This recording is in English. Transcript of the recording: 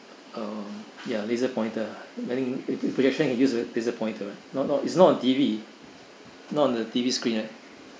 uh ya laser pointer I mean projection you use laser pointer right not not it's not a T_V not the T_V screen right